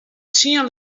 tsien